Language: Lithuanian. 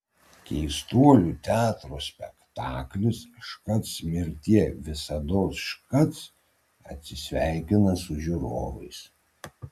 keistuolių teatro spektaklis škac mirtie visados škac atsisveikina su žiūrovais